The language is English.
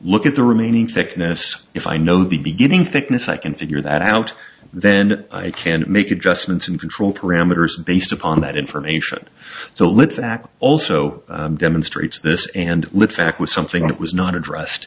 look at the remaining thickness if i know the beginning thickness i can figure that out then i can make adjustments and control parameters based upon that information so let's act also demonstrates this and let fact was something that was not addressed